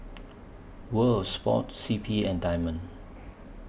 World Sports C P and Diamond